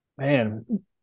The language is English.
Man